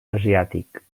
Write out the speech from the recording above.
asiàtic